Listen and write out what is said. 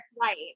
right